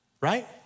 right